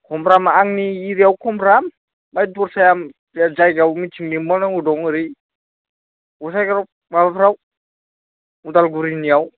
कमफ्राम आंनि एरियाआव कमफ्राम ओमफाय दस्राया जायगायाव मिथिं लेंबावनांगौ दं ओरै गसाइगाव माबाफ्राव अदालगुरिनियाव